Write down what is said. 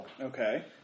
Okay